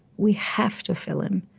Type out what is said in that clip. we have to fill in.